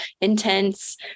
intense